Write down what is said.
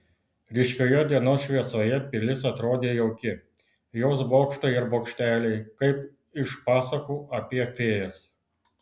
ryškioje dienos šviesoje pilis atrodė jauki jos bokštai ir bokšteliai kaip iš pasakų apie fėjas